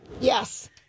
Yes